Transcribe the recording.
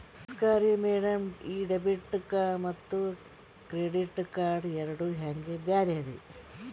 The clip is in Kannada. ನಮಸ್ಕಾರ್ರಿ ಮ್ಯಾಡಂ ಈ ಡೆಬಿಟ ಮತ್ತ ಕ್ರೆಡಿಟ್ ಕಾರ್ಡ್ ಎರಡೂ ಹೆಂಗ ಬ್ಯಾರೆ ರಿ?